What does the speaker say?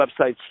websites